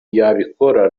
yabikora